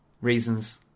Reasons